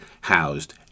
housed